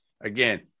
again